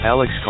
Alex